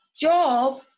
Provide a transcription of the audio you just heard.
job